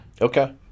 Okay